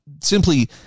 simply